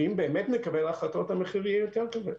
אם באמת נקבל החלטות המחיר יהיה יותר כבד.